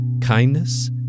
kindness